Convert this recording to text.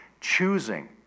choosing